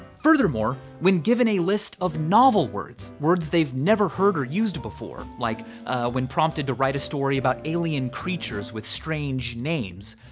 furthermore, when given a list of novel words, words they've never heard or used before, like when prompted to write a story about alien creatures with strange names,